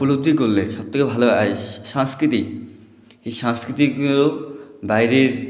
উপলব্ধি করলে সব থেকে ভালো সংস্কৃতি এই সংস্কৃতিকেও বাইরের